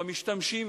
במשתמשים,